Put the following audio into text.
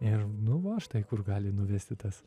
ir nu va štai kur gali nuvesti tas